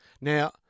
Now